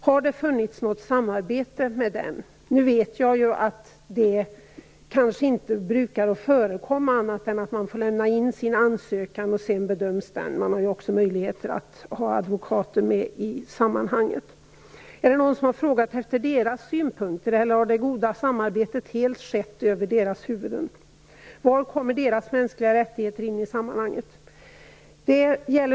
Har det skett något samarbete med dem? Jag vet att det inte brukar förekomma något samarbete. Man får lämna in sin ansökan som sedan bedöms. Det finns även möjligheter att ha advokater med i sammanhanget. Är det någon som har frågat efter deras synpunkter? Eller har det goda samarbetet skett helt över deras huvuden? Var kommer deras svenska rättigheter in i sammanhanget?